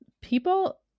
People